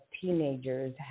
teenagers